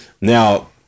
Now